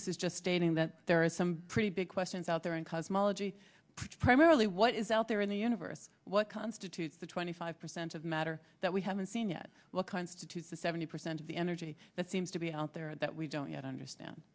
this is just stating that there are some pretty big questions out there in cosmology which primarily what is out there in the universe what constitutes the twenty five percent of matter that we haven't seen yet what constitutes the seventy percent of the energy that seems to be out there that we don't yet understand